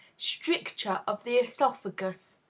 stricture of the oesophagus,